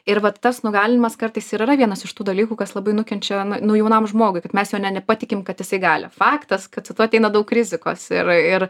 ir vat tas nugalinimas kartais ir yra vienas iš tų dalykų kas labai nukenčia nu jaunam žmogui kad mes juo ne nepatikim kad jisai gali faktas kad su tuo ateina daug rizikos ir ir